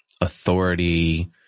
authority